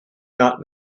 not